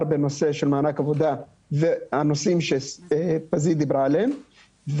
בנושא של מענק עבודה והנושאים שפזית דיברה עליהם.